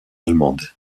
allemande